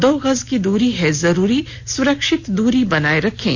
दो गज की दूरी है जरूरी सुरक्षित दूरी बनाए रखें